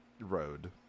road